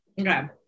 Okay